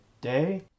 day